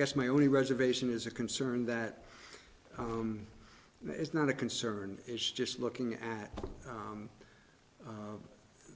guess my only reservation is a concern that it's not a concern it's just looking at